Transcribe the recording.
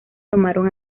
tomaron